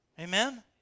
Amen